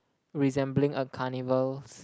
resembling a carnival's